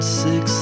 six